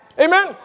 Amen